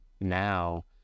now